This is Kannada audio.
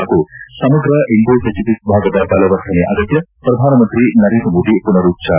ಹಾಗೂ ಸಮಗ್ರ ಇಂಡೋ ಫೆಸಿಫಿಕ್ ಭಾಗದ ಬಲವರ್ಧನೆ ಅಗತ್ಯ ಪ್ರಧಾನಮಂತ್ರಿ ನರೇಂದ್ರ ಮೋದಿ ಪುನರುಚ್ಚಾರ